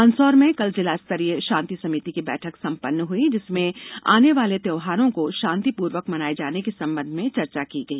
मन्दसौर में कल जिला स्तरीय शांति समिति की बैठक संपन्न हुई जिसमें आने वाले त्यौहारों को शांतिपूर्वक मनाये जाने के संबंध में चर्चा की गई